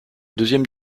deuxième